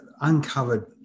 uncovered